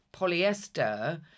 polyester